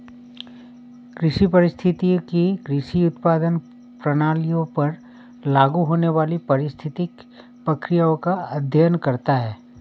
कृषि पारिस्थितिकी कृषि उत्पादन प्रणालियों पर लागू होने वाली पारिस्थितिक प्रक्रियाओं का अध्ययन करता है